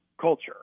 culture